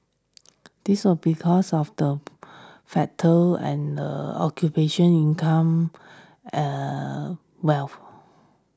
this of because of the factor and occupation income eh wealth